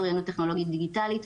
אוריינות טכנולוגית דיגיטלית,